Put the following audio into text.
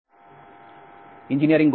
নমস্কার ইঞ্জিনিয়ারিং